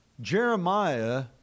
Jeremiah